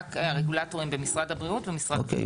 אלא רק הרגולטורים במשרד הבריאות --- אוקיי,